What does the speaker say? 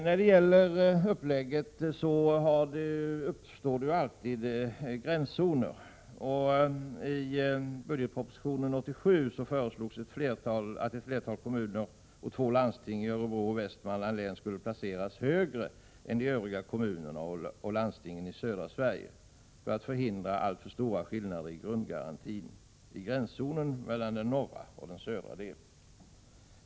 Vid uppläggningen av ett skatteutjämningssystem uppstår ju alltid gränszoner, och i budgetpropositionen 1987 förslogs att ett flertal kommuner och två landsting — Örebro och Västmanlands läns landsting — skulle placeras högre än övriga kommuner och landsting i södra Sverige, för att man skulle förhindra alltför stora skillnader i fråga om grundbidragen i gränszonen mellan den norra och den södra delen.